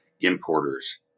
importers